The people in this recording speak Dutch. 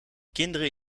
kinderen